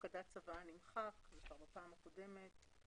הפקדת צוואר נמחק כבר בפעם הקודמת.